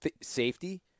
safety